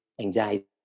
anxiety